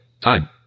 Time